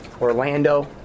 Orlando